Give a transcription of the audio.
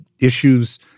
issues